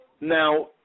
Now